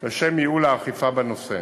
לשם ייעול האכיפה בנושא.